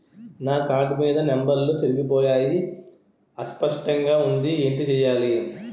నా కార్డ్ మీద నంబర్లు చెరిగిపోయాయి అస్పష్టంగా వుంది ఏంటి చేయాలి?